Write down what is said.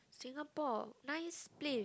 Singapore nice place